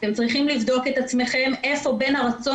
אתם צריכים לבדוק את עצמכם איפה בין הרצון